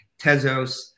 Tezos